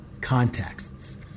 contexts